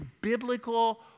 biblical